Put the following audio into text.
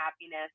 happiness